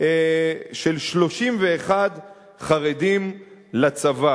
של 31 חרדים לצבא